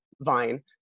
vine